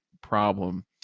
problem